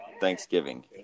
Thanksgiving